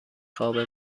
خوابه